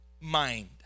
mind